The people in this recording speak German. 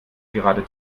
gerade